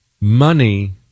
money